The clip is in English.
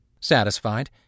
Satisfied